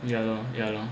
ya lor ya lor